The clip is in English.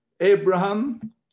Abraham